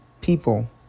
People